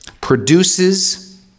produces